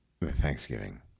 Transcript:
Thanksgiving